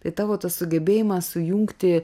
tai tavo tas sugebėjimas sujungti